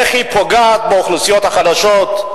איך היא פוגעת באוכלוסיות החלשות.